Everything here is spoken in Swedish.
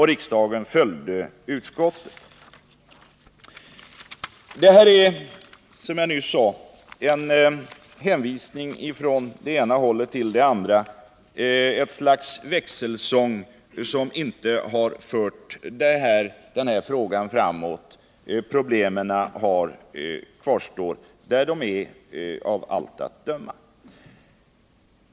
Riksdagen följde utskottet. Det här är, som jag nyss sade, en hänvisning från det ena hållet till det andra — ett slags växelsång som inte har fört frågan framåt. Problemen kvarstår av allt att döma.